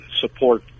support